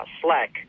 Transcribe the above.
Slack